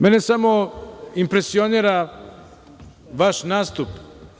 Mene samo impresionira vaš nastup.